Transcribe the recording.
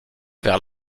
vers